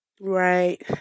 Right